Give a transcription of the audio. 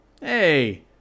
Hey